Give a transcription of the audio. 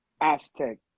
Aztec